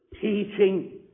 Teaching